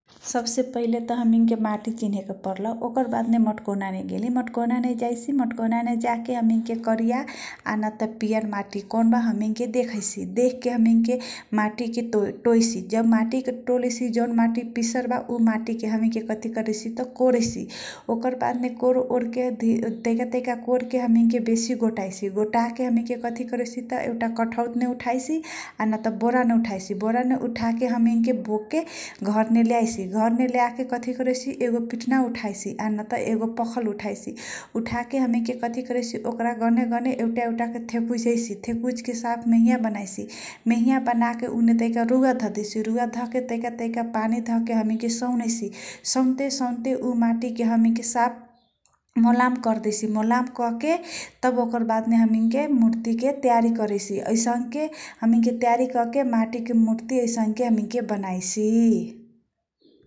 सबसे पहिले त हमिङके माटी चिनेके परन ओकर बादमे मटको नामे गेली मटको नामे जाइसी करिया न त पियर माटी हमिङके माटी के टोइसी माटीके टोलेसे जन्माटी पिसर बा ऊ माटी के हामी के धान खाए आइए । को रैसी ओकरवाद मे तैका तैका कोरले के बेसी गोटा गोटाइसी गोटाके हमिङ के कथी करैसी कठौतमे उठाईसी न त बोरामे उठाएसी बोरामे उठाके हामी के बुक्के घरमे ल्याएसी । घर मे ल्याके कथी करैसी एको पिटना उठाइसी चाहे एगो पखल उठाईसी उठाके हामी के कथि करैसी ओकारा गने गने एउटा कर्के ठकुराईसी थेकुच के साफ मेहिया बनाएसी मेहिया बनाके उने रुवा धदेशी रुवा धके तैका दैका पानी धके सौनैसी सन्ते सन्ते ऊ माटीके हामी के मोलाम क र देसी मलाम कर्के तब ओक्रा बाद मे के हामी के मूर्ति प्यारी कर्देशी ऐसाङ्के हमिङ के तयारी कर्के ऐसाङ्के हमिङ के माटी के मूर्ति बनाएसी ।